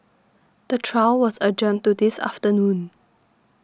the trial was adjourned to this afternoon